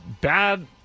bad